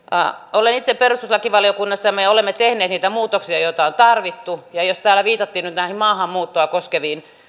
olen itse perustuslakivaliokunnassa ja me olemme tehneet niitä muutoksia joita on tarvittu jos täällä viitattiin nyt näihin maahanmuuttoa koskeviin